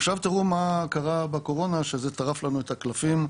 עכשיו תראו מה קרה בקורונה שטרף לנו את הקלפים.